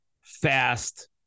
Fast